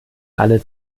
alle